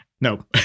No